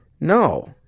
No